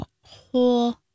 whole